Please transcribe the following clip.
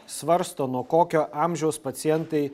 svarsto nuo kokio amžiaus pacientai